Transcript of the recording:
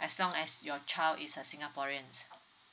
as long as your child is a singaporeans